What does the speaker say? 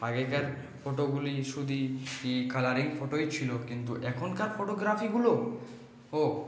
আগেকার ফটোগুলি শুধুই ই কালারিং ফটোই ছিলো কিন্তু এখনকার ফটোগ্রাফিগুলো ও